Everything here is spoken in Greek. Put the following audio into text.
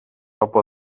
από